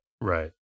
Right